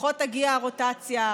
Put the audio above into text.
לפחות תגיע הרוטציה,